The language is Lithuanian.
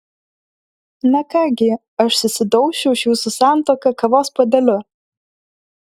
na ką gi aš susidaušiu už jūsų santuoką kavos puodeliu